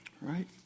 right